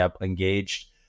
engaged